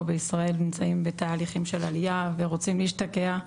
בישראל נמצאים בתהליכים של עליה ורוצים להשתקע,